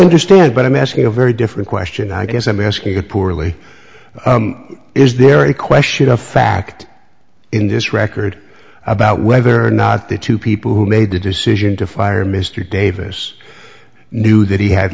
understand but i'm asking a very different question i guess i'm asking you poorly is there a question of fact in this record about whether or not the two people who made the decision to fire mr davis knew that he had